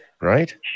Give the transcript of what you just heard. Right